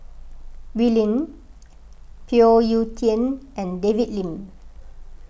Wee Lin Phoon Yew Tien and David Lim